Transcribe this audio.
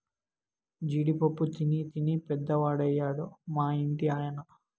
జీడి పప్పు తినీ తినీ పెద్దవాడయ్యాడు మా ఇంటి ఆయన